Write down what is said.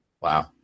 Wow